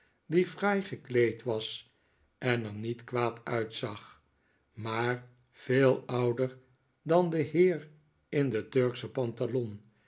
die fraai gekleed was en er niet kwaad uitzag maar veel ouder dan de heer in de turksche pantalon